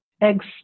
eggs